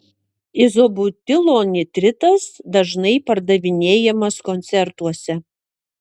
izobutilo nitritas dažnai pardavinėjamas koncertuose